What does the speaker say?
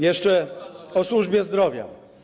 Jeszcze o służbie zdrowia.